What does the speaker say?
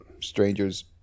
Strangers